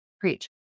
preach